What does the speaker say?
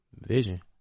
vision